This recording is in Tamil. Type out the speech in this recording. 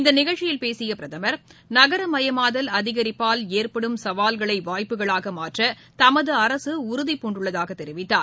இந்த நிகழ்ச்சியில் பேசிய பிரதமர் நகரமயமாதல் அதிகரிப்பால் ஏற்படும் சவால்களை வாய்ப்புகளாக மாற்ற தமது அரசு உறுதி பூண்டுள்ளதாக தெரிவித்தார்